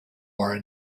are